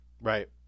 Right